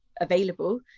available